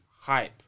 hype